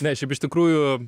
ne šiaip iš tikrųjų